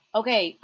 okay